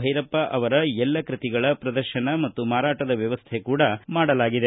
ಭೈರಪ್ಪ ಅವರ ಎಲ್ಲ ಕೃತಿಗಳ ಪ್ರದರ್ಶನ ಮತ್ತು ಮಾರಾಟದ ವ್ಯವಸ್ಥೆ ಕೂಡಾ ಮಾಡಲಾಗಿದೆ